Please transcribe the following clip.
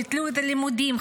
ביטלו את הלימודים,